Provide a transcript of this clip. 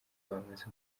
bamaze